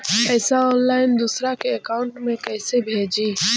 पैसा ऑनलाइन दूसरा के अकाउंट में कैसे भेजी?